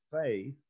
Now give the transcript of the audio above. faith